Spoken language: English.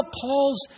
Paul's